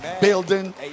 building